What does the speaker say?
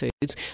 foods